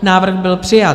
Návrh byl přijat.